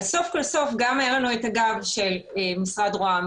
סוף כל סוף גם היה לנו את הגב של משרד ראש הממשלה,